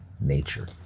nature